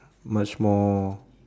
much more